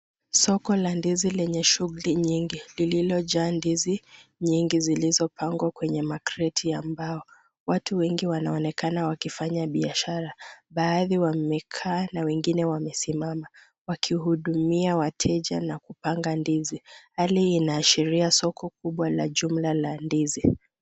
Soko la ndizi lenye shughuli nyingi, lililojaa ndizi nyingi zilizopangwa kwenye makreti ya mbao .Watu wengi wanaonekana wakifanya biashara, baadhi wamekaa na wengine wamesimama, wakihudumia wateja na kupanga ndizi. Hali inaashiria soko kubwa la jumla la ndizi.